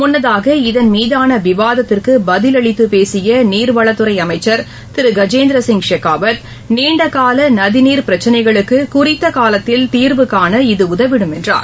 முன்னதாக இதன் மீதானவிவாதத்திற்குபதில் அளித்துபேசியநீர்வளத்துறைஅமைச்சர் திருகஜேந்திரசிங் ஷெகாவத் நீண்டகாலநதிநீர் பிரச்சினைகளுக்குறித்தகாலத்தில் தீர்வு காண இது உதவிடும் என்றார்